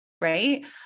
right